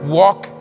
walk